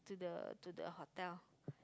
the to the hotel